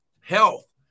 health